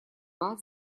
вас